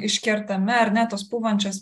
iškertami ar ne tos pūvančios